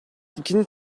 i̇kinci